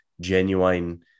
genuine